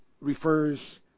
refers